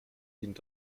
dient